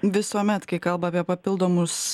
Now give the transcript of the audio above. visuomet kai kalba apie papildomus